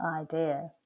idea